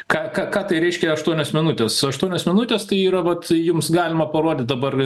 ką ką ką tai reiškia aštuonios minutės aštuonios minutės tai yra vat jums galima parodyt dabar